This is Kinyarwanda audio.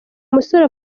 musore